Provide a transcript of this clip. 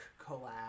collab